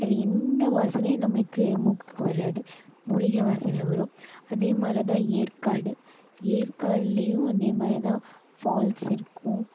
வேற எந்த வாசனையும் நம்மளுக்கு மூக்குக்கு வராது மூலிகை வாசனை வரும் அதே மாதிரி தான் ஏற்காடு ஏற்காட்லயும் அதே மாதிரி தான் ஃபால்ஸ் இருக்கும்